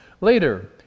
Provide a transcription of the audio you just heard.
later